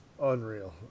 unreal